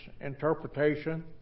interpretation